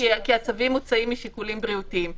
כי הצווים מוצאים משיקולים בריאותיים,